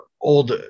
old